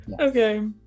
Okay